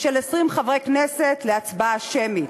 של 20 חברי כנסת להצבעה שמית.